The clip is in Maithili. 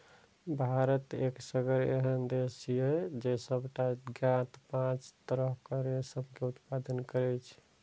भारत एसगर एहन देश छियै, जे सबटा ज्ञात पांच तरहक रेशम के उत्पादन करै छै